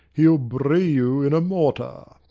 he'll bray you in a mortar.